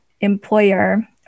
employer